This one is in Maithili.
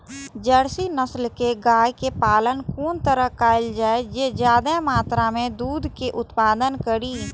जर्सी नस्ल के गाय के पालन कोन तरह कायल जाय जे ज्यादा मात्रा में दूध के उत्पादन करी?